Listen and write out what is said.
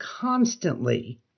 constantly